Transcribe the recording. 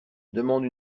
demande